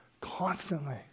Constantly